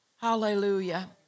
Hallelujah